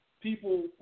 people